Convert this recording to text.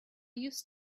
used